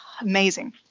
Amazing